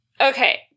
okay